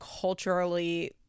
culturally